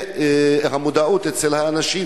והמודעות אצל האנשים,